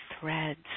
threads